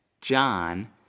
John